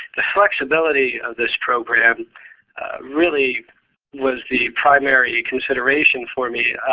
the flexibility of this program really was the primary consideration for me.